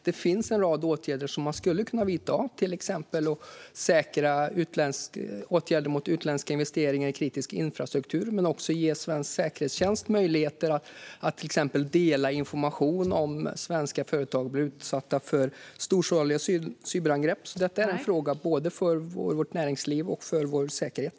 Det finns en rad åtgärder som man skulle kunna vidta, till exempel att säkra åtgärder mot utländska investeringar i kritisk infrastruktur men också att ge svensk säkerhetstjänst möjligheter att till exempel dela information om svenska företag blir utsatta för storskaliga cyberangrepp. Detta är alltså en fråga både för vårt näringsliv och för vår säkerhet.